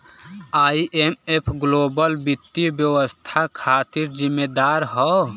IMF global वित्तीय व्यवस्था खातिर जिम्मेदार हौ